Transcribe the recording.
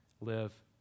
live